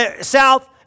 south